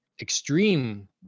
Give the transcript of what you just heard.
extreme